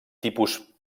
tipus